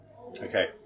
Okay